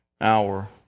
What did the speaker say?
hour